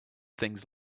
things